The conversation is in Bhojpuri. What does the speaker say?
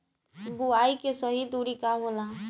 बुआई के सही दूरी का होला?